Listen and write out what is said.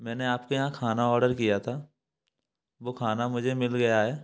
मैंने आपके यहाँ खाना ऑर्डर किया था वो खाना मुझे मिल गया है